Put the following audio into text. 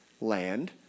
land